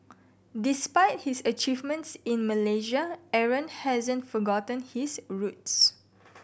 despite his achievements in Malaysia Aaron hasn't forgotten his roots